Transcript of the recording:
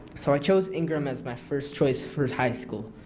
so i chose ingram is my first choice for high school.